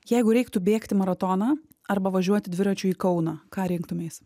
jeigu reiktų bėgti maratoną arba važiuoti dviračiu į kauną ką rinktumeis